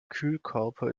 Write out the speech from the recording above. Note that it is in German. kühlkörper